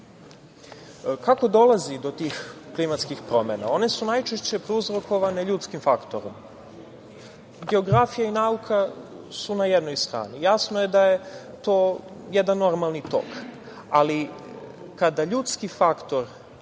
Kako dolazi do tih klimatskih promena? One su najčešće prouzrokovane ljudskim faktorom. Geografija i nauka su na jednoj strani, jasno je da je to jedan normalni tok, ali kada ljudski faktor